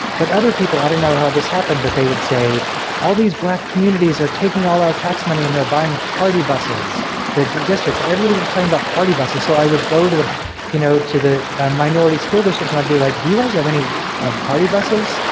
but other people i don't know how this happened, but they would say all these black communities are taking all our tax money and they're buying party buses that the districts everybody was talking about the party buses so i would go to the you know to the minority school districts and be like do you guys have any um party buses?